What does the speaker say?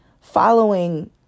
following